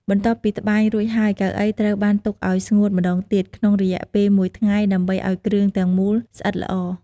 បន្ទាប់ពីត្បាញរួចហើយ កៅអីត្រូវបានទុកឲ្យស្ងួតម្តងទៀត ក្នុងរយៈពេលមួយថ្ងៃដើម្បីឲ្យគ្រឿងទាំងមូលស្អិតល្អ។